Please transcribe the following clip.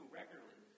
regularly